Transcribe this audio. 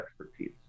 expertise